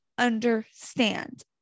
understand